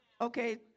Okay